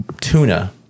tuna